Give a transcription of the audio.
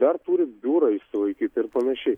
dar turi biurą išsilaikyti ir panašiai